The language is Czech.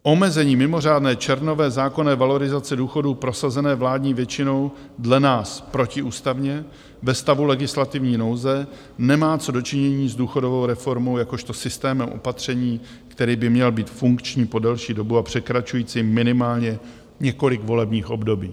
Omezení mimořádné červnové zákonné valorizace důchodů prosazené vládní většinou dle nás protiústavně ve stavu legislativní nouze nemá co do činění s důchodovou reformou jakožto systémem opatření, který by měl být funkční po delší dobu a překračujícím minimálně několik volebních období.